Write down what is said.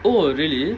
oh really